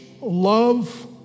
love